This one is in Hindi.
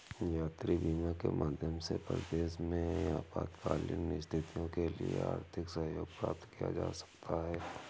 यात्री बीमा के माध्यम से परदेस में आपातकालीन स्थितियों के लिए आर्थिक सहयोग प्राप्त किया जा सकता है